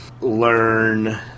learn